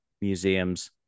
museums